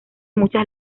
muchas